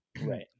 Right